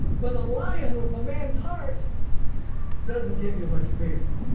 but a lion with a man's heart doesn't give you much fear.